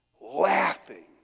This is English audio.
laughing